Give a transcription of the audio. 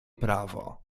prawo